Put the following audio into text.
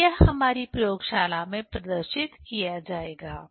तो यह हमारी प्रयोगशाला में प्रदर्शित किया जाएगा